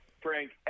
Frank